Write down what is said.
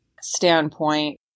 standpoint